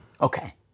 Okay